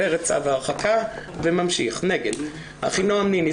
הפר את צו ההרחקה וממשיך נגד אחינועם ניני,